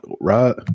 right